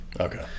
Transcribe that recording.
Okay